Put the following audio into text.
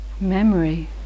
Memory